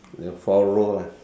then four row lor